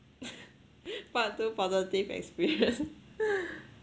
part two positive experience